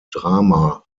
drama